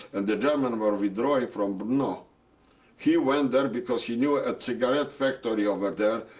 and the german were withdrawing from brwinow. he went there because he knew a cigarette factory over there.